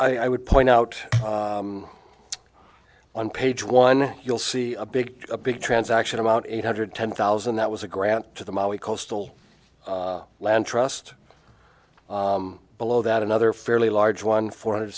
in i would point out on page one you'll see a big a big transaction about eight hundred ten thousand that was a grant to the molly coastal land trust below that another fairly large one four hundred